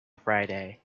friday